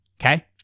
Okay